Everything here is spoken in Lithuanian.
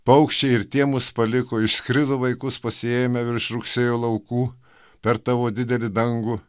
paukščiai ir tie mus paliko išskrido vaikus pasiėmę virš rugsėjo laukų per tavo didelį dangų